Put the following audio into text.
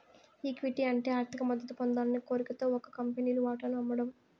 equity అంటే ఆర్థిక మద్దతు పొందాలనే కోరికతో ఒక కంపెనీలు వాటాను అమ్మడం